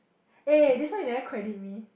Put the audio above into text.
eh this one you never credit me